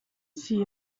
see